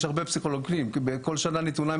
הרבה פסיכולוגים קליניים בכל שנה נתונה,